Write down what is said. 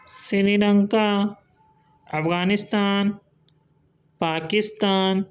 Sri Lanka Afghanistan Pakistan